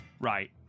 Right